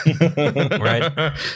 Right